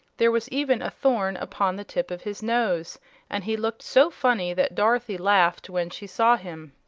there was even a thorn upon the tip of his nose and he looked so funny that dorothy laughed when she saw him.